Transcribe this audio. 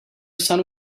son